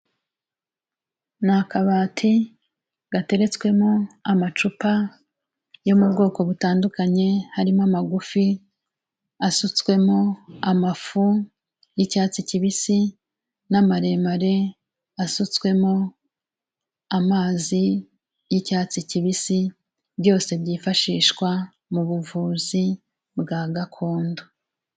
Ni akabati gateretswemo amacupa yo mu bwoko butandukanye, harimo amagufi asutswemo amafu y'icyatsi kibisi, n'amaremare asutswemo amazi y'icyatsi kibisi, byose byifashishwa mu buvuzi bwa gakondo.